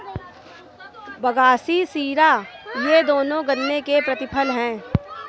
बगासी शीरा ये दोनों गन्ने के प्रतिफल हैं